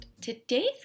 Today's